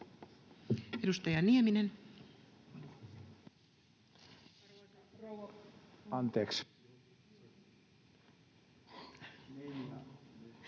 Edustaja Nieminen. [Speech